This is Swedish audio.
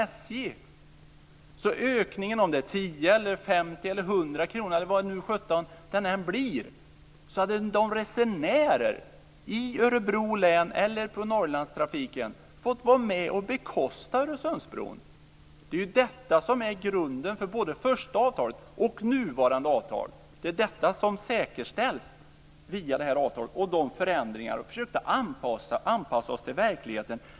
Oavsett om ökningen är 10 kr, 50 kr eller 100 kr, eller vad den nu blir, hade resenärerna i Örebro län eller på Norrlandstrafiken fått vara med och bekosta Öresundsbron. Det är ju detta som är grunden för både det första avtalet och nuvarande avtal. Det är detta som säkerställs via avtalet, med de förändringarna. Vi har försökt att anpassa oss till verkligheten.